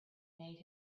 made